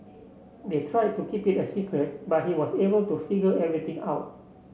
they tried to keep it a secret but he was able to figure everything out